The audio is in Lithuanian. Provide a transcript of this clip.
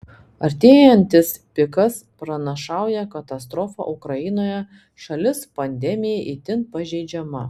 artėjantis pikas pranašauja katastrofą ukrainoje šalis pandemijai itin pažeidžiama